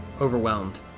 Overwhelmed